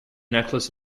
necklace